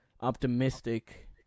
optimistic